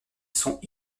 sont